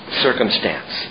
circumstance